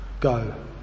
Go